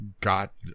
Got